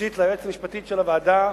ראשית ליועצת המשפטית של הוועדה,